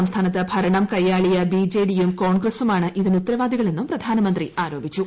സംസ്ഥാനത്ത് ഭരണം കൈയ്യാളിയ ബി ജെ ഡി യും കോൺഗ്രസ്സുമാണ് ഇതിന് ഉത്തരവാദികളെന്നും പ്രധാനമന്ത്രി ആരോപിച്ചു